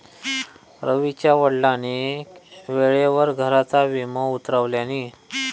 रवीच्या वडिलांनी वेळेवर घराचा विमो उतरवल्यानी